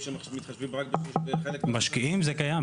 שמתחשבים רק בחלק --- משקיעים זה קיים.